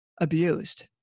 abused